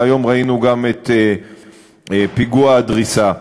והיום ראינו גם את פיגוע הדריסה.